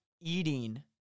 eating